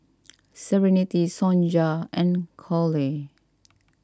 Serenity Sonja and Cole